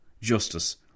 justice